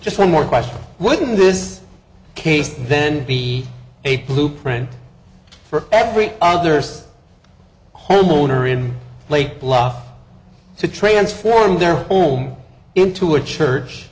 just one more question wouldn't this case then be a plute friend for every others homeowner in lake bluff to transform their home into a church